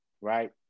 right